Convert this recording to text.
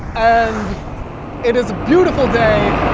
and it is a beautiful day.